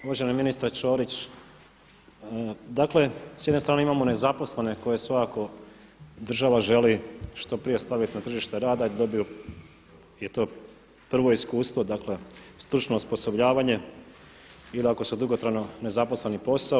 Uvaženi ministre Ćorić, dakle s jedne strane imamo nezaposlene koje svakako država želi što prije staviti na tržište rada da dobiju, kojima je to prvo iskustvo, dakle stručno osposobljavanje ili ako su dugotrajno nezaposleni posao.